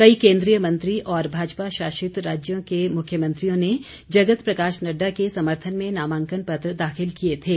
कई केंद्रीय मंत्री और भाजपा शासित राज्यों के मुख्यमंत्रियों ने जगत प्रकाश नड़डा के समर्थन में नामांकन पत्र दाखिल किए थे